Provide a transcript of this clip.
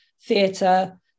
theatre